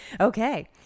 Okay